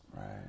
Right